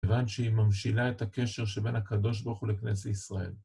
כיוון שהיא ממשילה את הקשר שבין הקדוש ברוך הוא לכנסת ישראל.